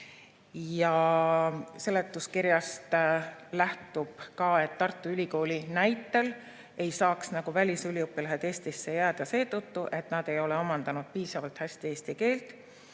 Seletuskirjast lähtub ka, et Tartu Ülikooli näitel ei saaks välisüliõpilased Eestisse jääda seetõttu, et nad ei ole omandanud piisavalt hästi eesti keelt.